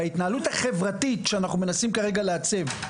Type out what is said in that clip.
בהתנהלות החברתית שאנחנו מנסים כרגע לעצב,